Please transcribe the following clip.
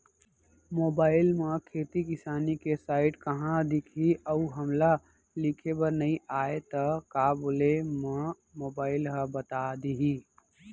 Mobile म खेती किसानी के साइट कहाँ दिखही अऊ हमला लिखेबर नई आय त का बोले म मोबाइल ह बता दिही?